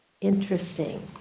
Interesting